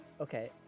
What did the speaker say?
Okay